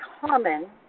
common